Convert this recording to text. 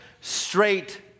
straight